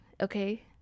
okay